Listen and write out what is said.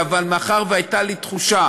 אבל מאחר שהייתה לי תחושה